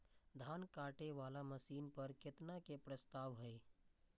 धान काटे वाला मशीन पर केतना के प्रस्ताव हय?